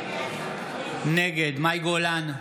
נגד מאי גולן,